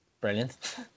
brilliant